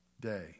day